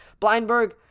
Blindberg